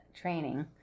training